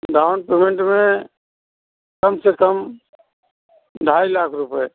down payment में कम से कम ढाई लाख रुपये